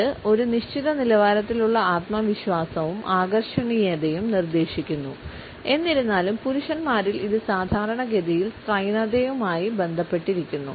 ഇത് ഒരു നിശ്ചിത നിലവാരത്തിലുള്ള ആത്മവിശ്വാസവും ആകർഷണീയതയും നിർദ്ദേശിക്കുന്നു എന്നിരുന്നാലും പുരുഷന്മാരിൽ ഇത് സാധാരണഗതിയിൽ സ്ത്രൈണയുമായി ബന്ധപ്പെട്ടിരിക്കുന്നു